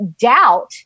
doubt